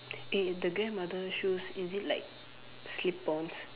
eh the grandmother shoes is it like slip-ons